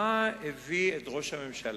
מה הביא את ראש הממשלה